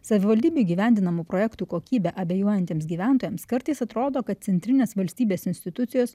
savivaldybių įgyvendinamų projektų kokybe abejuojantiems gyventojams kartais atrodo kad centrinės valstybės institucijos